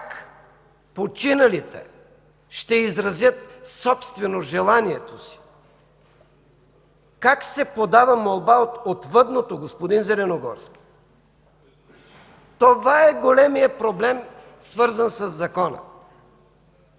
Как починалите ще изразят собствено желанието си? Как се подава молба от отвъдното, господин Зеленогорски? Това е големият проблем, свързан със Закона.